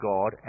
God